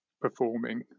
performing